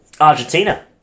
Argentina